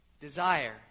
desire